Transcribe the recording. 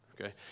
Okay